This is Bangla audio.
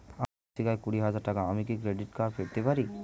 আমার মাসিক আয় কুড়ি হাজার টাকা আমি কি ক্রেডিট কার্ড পেতে পারি?